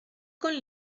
con